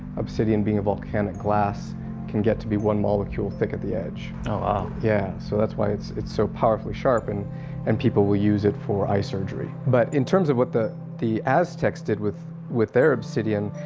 obsidian being a volcanic glass can get to be one molecule thick at the edge. oh, ah yeah, so that's why it's it's so powerfully sharpened and people will use it for eye surgery, but in terms of what the. the. aztecs did with with their obsidian,